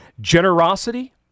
Generosity